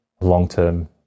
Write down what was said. long-term